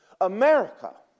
America